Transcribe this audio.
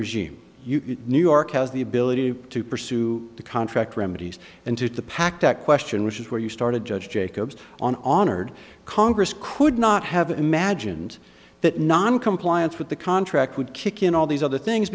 regime new york has the ability to pursue the contract remedies and to the pact at question which is where you started judge jacobs on honored congress could not have imagined that noncompliance with the contract would kick in all these other things